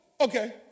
Okay